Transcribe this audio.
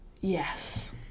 Yes